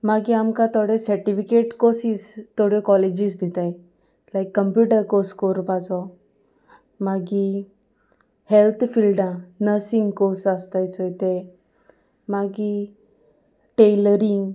मागीर आमकां थोड्यो सर्टिफिकेट कोर्सीस थोड्यो कॉलेजीस दिताय लायक कंम्प्युटर कोर्स कोरपाचो मागीर हेल्थ फिल्डा नर्सींग कोर्स आसताय चोय ते मागीर टेलरींग